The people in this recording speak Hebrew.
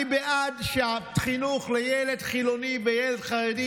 אני בעד שהחינוך לילד חילוני ולילד חרדי